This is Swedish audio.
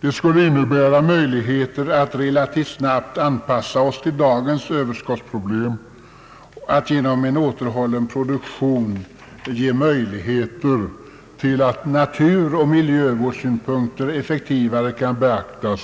Det skulle innebära möjligheter att relativt snabbt anpassa oss till dagens överskottsproblem, att genom en återhållen produktion ge möjligheter till att naturoch miljövårdssynpunkter effektivare kan beaktas